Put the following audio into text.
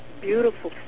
beautiful